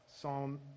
Psalm